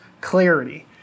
clarity